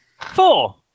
Four